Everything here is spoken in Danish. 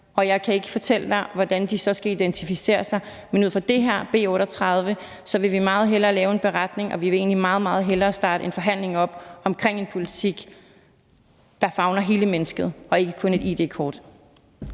og jeg kan ikke fortælle dig, hvordan de så skal identificere sig. Men i forhold til det her, B 38, vil vi meget hellere lave en beretning, og vi vil egentlig meget, meget hellere starte en forhandling op om en politik, der favner hele mennesket og ikke kun et id-kort.